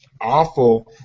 awful